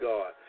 God